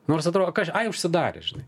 nors atrodo kas čia ai užsidarė žinai